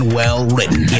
well-written